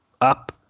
up